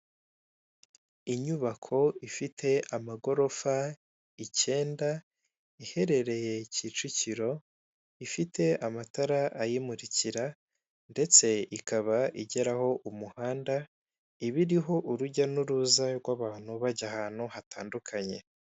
Inyubako ifite amagorofa icyenda iherereye kicikiro ifite amatara ayimurikira ndetse ikaba igeraho umuhanda iba iriho urujya n'uruza rw'abantu bajya batandukanye.